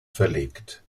verlegt